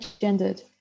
gendered